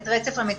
את רצף המצוקה,